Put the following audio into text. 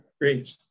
Great